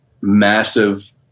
massive